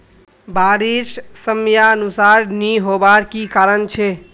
बारिश समयानुसार नी होबार की कारण छे?